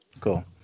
Cool